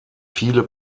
viele